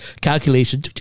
Calculation